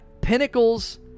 pinnacles